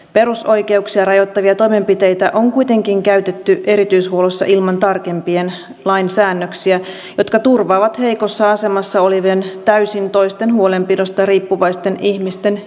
perusoikeuksia rajoittavia toimenpiteitä on kuitenkin käytetty erityishuollossa ilman tarkempia lainsäännöksiä jotka turvaavat heikossa asemassa olevien täysin toisten huolenpidosta riippuvaisten ihmisten ihmisoikeudet